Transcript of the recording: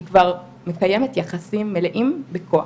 היא כבר מקיימת יחסים מלאים בכוח,